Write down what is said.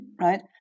right